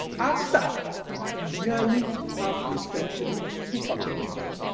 after nearly half a century of supercomputing,